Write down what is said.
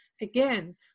again